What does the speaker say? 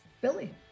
Billy